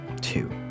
two